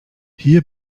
hier